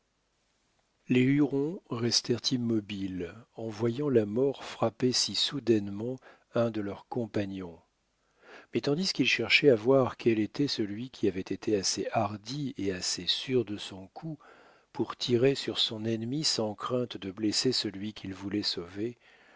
les hurons restèrent immobiles en voyant la mort frapper si soudainement un de leurs compagnons mais tandis qu'ils cherchaient à voir quel était celui qui avait été assez hardi et assez sûr de son coup pour tirer sur son ennemi sans crainte de blesser celui qu'il voulait sauver